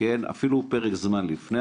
אפילו פרק זמן לפני,